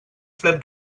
fred